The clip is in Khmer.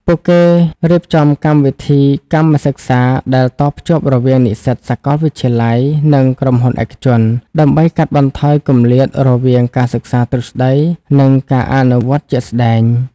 ពួកគេរៀបចំកម្មវិធីកម្មសិក្សា ដែលតភ្ជាប់រវាងនិស្សិតសាកលវិទ្យាល័យ និងក្រុមហ៊ុនឯកជន ដើម្បីកាត់បន្ថយគម្លាតរវាងការសិក្សាទ្រឹស្ដី និងការអនុវត្តជាក់ស្ដែង។